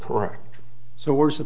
correct so where's the